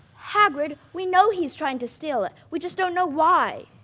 hagrid, we know he's trying to steal it. we just don't know why.